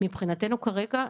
מבחינתנו כרגע,